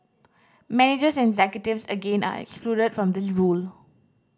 managers and executives again are excluded from this rule